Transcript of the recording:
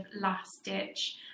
last-ditch